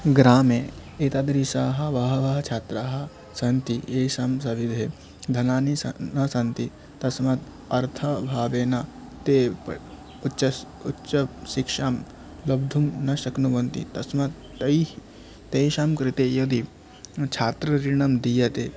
ग्रामे एतदृशाः बहवः छात्राः सन्ति येषां सविधे धनानि सन् न सन्ति तस्मात् अर्थ भावेन ते प् उच्चस् उच्च शिक्षां लब्धुं न शक्नुवन्ति तस्मात् तैः तेषां कृते यदि छात्र ऋणं दीयते